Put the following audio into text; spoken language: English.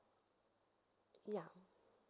ya mm